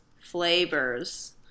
flavors